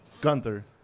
Gunther